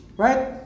right